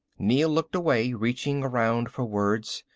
neel looked away, reaching around for words.